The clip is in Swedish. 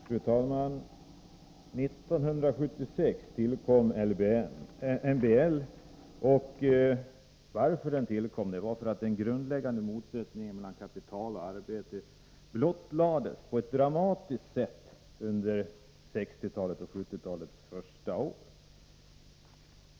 Fru talman! År 1976 tillkom MBL. Den tillkom för att den grundläggande motsättningen mellan kapital och arbete under 1960-talet och 1970-talets första år på ett dramatiskt sätt blottlades.